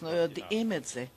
אנחנו יודעים את זה,